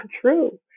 true